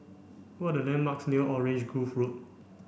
what are the landmarks near Orange Grove Road